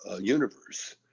universe